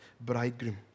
bridegroom